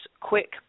Quick